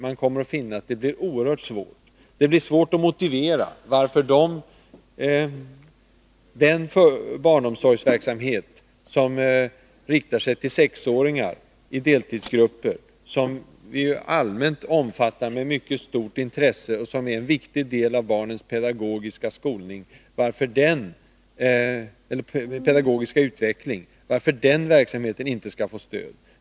Man kommer då att finna att det blir svårt att motivera varför den barnomsorgsverksamhet som riktar sig till sexåringar i deltidsgrupper — som vi allmänt omfattar med mycket stort intresse och som är en viktig del av barnens pedagogiska utveckling — inte skall få stöd.